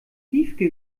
piefke